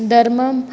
धर्म